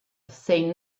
saying